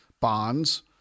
bonds